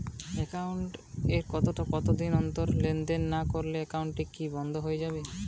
Account এ কতদিন অন্তর লেনদেন না করলে একাউন্টটি কি বন্ধ হয়ে যাবে?